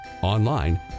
Online